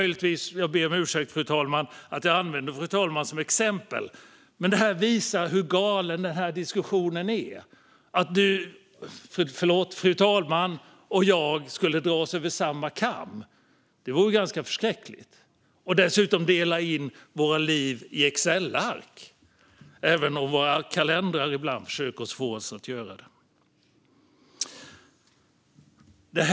Jag ber om ursäkt för att jag använder fru talmannen som exempel, men det här visar hur galen den här diskussionen är - att fru talmannen och jag skulle dras över samma kam och dessutom behöva dela in våra liv i excelark, även om våra kalendrar ibland försöker att få oss att göra det, vore ganska förskräckligt.